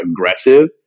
aggressive